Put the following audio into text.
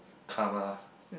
karma